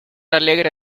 alegre